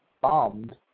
bombed